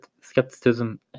skepticism